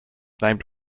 named